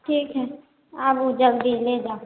ठीक छै आबू जल्दी लऽ जाउ